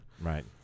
Right